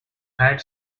had